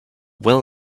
well